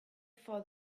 for